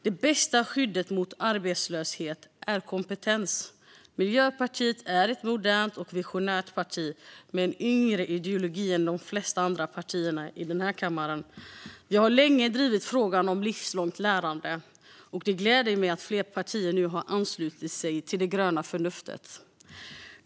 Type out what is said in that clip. Det bästa skyddet mot arbetslöshet är kompetens. Miljöpartiet är ett modernt och visionärt parti med en yngre ideologi än de flesta andra partierna i den här kammaren. Vi har länge drivit frågan om livslångt lärande, och det gläder mig att fler partier nu har anslutit sig till det gröna förnuftet.